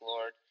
Lord